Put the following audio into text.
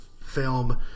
film